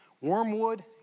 Wormwood